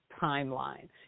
timeline